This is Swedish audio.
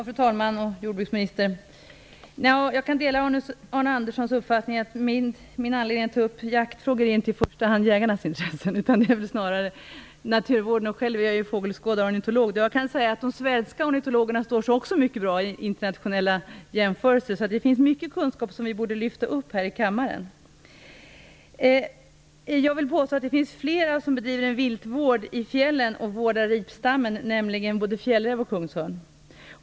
Fru talman! Jag delar Arne Anderssons uppfattning att anledningen för mig att ta upp jaktfrågor inte i första hand är jägarnas intressen utan snarare naturvårdens. Själv är jag ju fågelskådare, ornitolog, och jag kan säga att de svenska ornitologerna också står sig mycket väl i en internationell jämförelse. Det finns mycket kunskap som vi borde lyfta fram här i kammaren. Jag vill påstå att det finns fler än jägarna som bedriver viltvård i fjällen och som vårdar ripstammen, nämligen fjällräv och kungsörn.